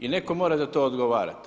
I netko mora za to odgovarati.